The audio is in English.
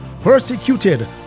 Persecuted